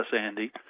Andy